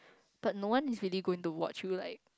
but no one is really going to watch you like